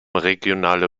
regionale